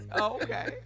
okay